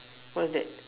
what's that